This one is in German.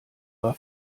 war